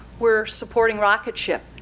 we're supporting rocketship.